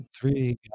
Three